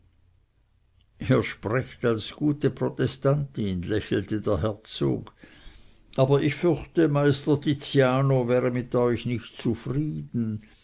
ihr sprecht als gute protestantin lächelte der herzog aber ich fürchte meister tiziano wäre nicht mit euch zufrieden